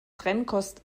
trennkost